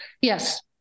yes